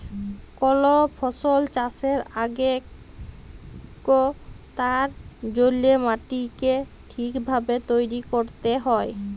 call ফসল চাষের আগেক তার জল্যে মাটিকে ঠিক ভাবে তৈরী ক্যরতে হ্যয়